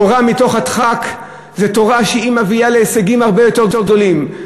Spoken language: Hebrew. תורה מתוך הדחק זה תורה שמביאה להישגים הרבה יותר גדולים.